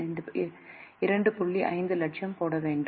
5 லட்சம் போட வேண்டும்